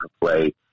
play